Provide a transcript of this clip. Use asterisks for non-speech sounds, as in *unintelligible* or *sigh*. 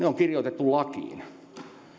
*unintelligible* on kirjoitettu lakiin